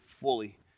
fully